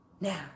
Now